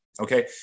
Okay